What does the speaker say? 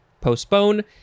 postpone